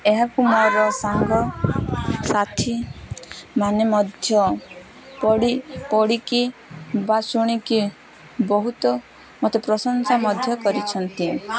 ଏହାକୁ ମୋର ସାଙ୍ଗ ସାଥିମାନେ ମଧ୍ୟ ପଢ଼ି ପଢ଼ିକି ବା ଶୁଣିକି ବହୁତ ମତେ ପ୍ରଶଂସା ମଧ୍ୟ କରିଛନ୍ତି